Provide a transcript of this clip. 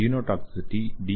genotoxicity D